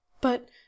But